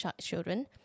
children